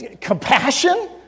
compassion